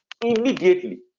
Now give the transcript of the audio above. immediately